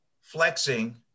flexing